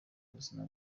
buzima